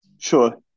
Sure